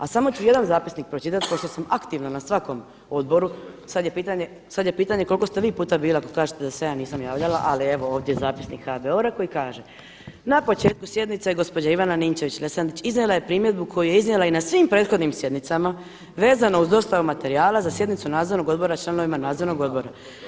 A samo ću jedan zapisnik pročitati pošto sam aktivna na svakom odboru, sada je pitanje koliko ste vi puta bili ako kažete da se ja nisam javljala, ali evo ovdje je zapisnik HBOR-a koji kaže: „Na početku sjednice gospođa Ivana Ninčević-Lesandrić iznijela je primjedbu koju je iznijela i na svim prethodnim sjednicama vezano uz dostavu materijala za sjednicu nadzornog odbora članovima nadzornog odbora.